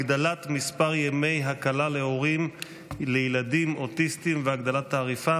הגדלת מספר ימי הקלה להורים לילדים אוטיסטים והגדלת תעריפם.